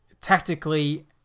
tactically